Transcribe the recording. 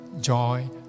joy